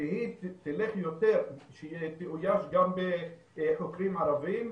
שהיא תאויש גם בחוקרים ערבים,